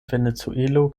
venezuelo